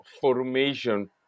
formation